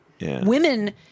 Women